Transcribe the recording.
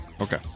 Okay